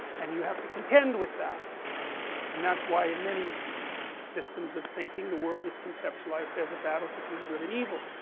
and you have to contend with that and that's why in many systems of thinking the world is conceptualized as a battle between good and evil